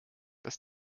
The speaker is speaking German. dass